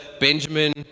Benjamin